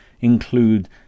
include